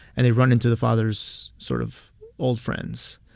and they run into the father's sort of old friends.